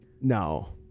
No